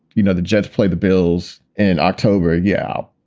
you know, the jets play the bills in october yeah.